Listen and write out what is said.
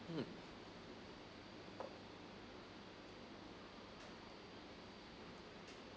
mm